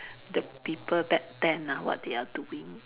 the people back then ah what they are doing